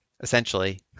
essentially